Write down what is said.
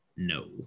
no